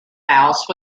house